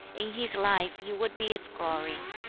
in his life he would be its glory,